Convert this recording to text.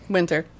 Winter